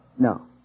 No